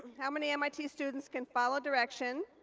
how many mit students can follow directions?